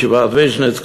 ישיבת ויז'ניץ,